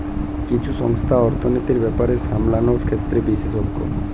কিছু সংস্থা অর্থনীতির ব্যাপার সামলানোর ক্ষেত্রে বিশেষজ্ঞ